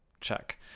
Check